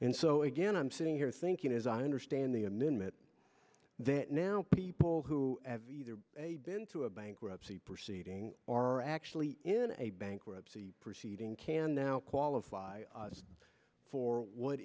and so again i'm sitting here thinking as i understand the amendment that now people who have either been through a bankruptcy proceeding or actually in a bankruptcy proceeding can now qualify for what